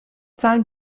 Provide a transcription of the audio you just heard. zahlen